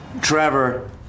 Trevor